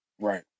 Right